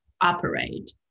operate